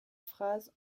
phrase